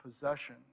possession